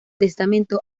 testamento